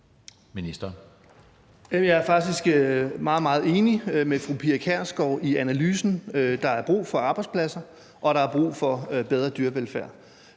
Jeg er faktisk meget, meget enig med fru Pia Kjærsgaard i analysen. Der er brug for arbejdspladser, og der er brug for bedre dyrevelfærd.